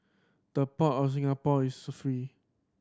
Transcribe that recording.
the Port of Singapore is free